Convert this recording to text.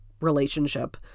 relationship